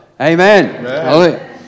Amen